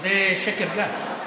זה שקר גס,